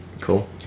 Cool